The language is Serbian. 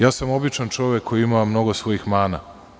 Ja sam običan čovek koji ima mnogo svojih mana.